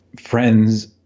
friends